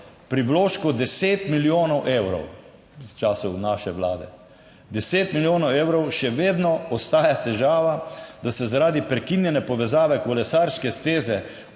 pri vložku deset milijonov evrov v času naše vlade, deset milijonov evrov Še vedno ostaja težava, da se zaradi prekinjene povezave kolesarske steze